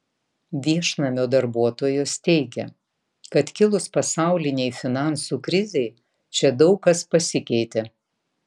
viešnamio darbuotojos teigia kad kilus pasaulinei finansų krizei čia daug kas pasikeitė